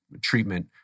treatment